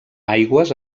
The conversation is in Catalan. aigües